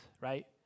right